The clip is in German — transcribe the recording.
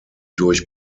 durch